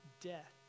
death